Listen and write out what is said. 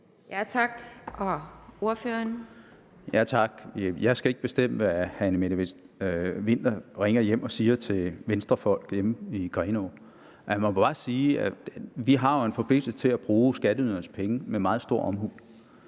John Dyrby Paulsen (S): Tak. Jeg skal ikke bestemme, hvad fru Anne-Mette Winther ringer hjem og siger til Venstrefolk hjemme i Grenaa. Jeg må bare sige, at vi jo har en forpligtelse til at bruge skatteydernes penge med meget stor omhu.